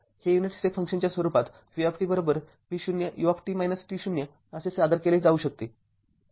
हे unit step फंक्शनच्या स्वरूपात vV0 u असे सादर केले जाऊ शकते